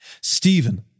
Stephen